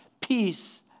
Peace